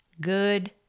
good